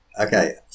okay